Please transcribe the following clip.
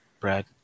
Brad